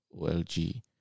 OLG